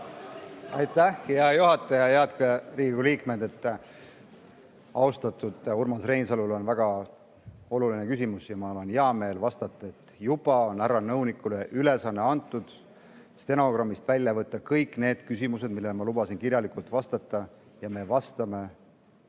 Aitäh, hea juhataja! Head Riigikogu liikmed! Austatud Urmas Reinsalul on väga oluline küsimus ja mul on hea meel vastata, et juba on antud härra nõunikule ülesanne stenogrammist välja võtta kõik need küsimused, millele ma lubasin kirjalikult vastata, ja me vastame,